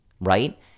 right